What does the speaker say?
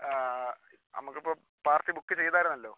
നമുക്ക് ഇപ്പോൾ party book ചെയ്തായിരുന്നല്ലോ